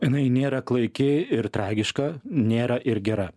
jinai nėra klaiki ir tragiška nėra ir gera